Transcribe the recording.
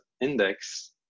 index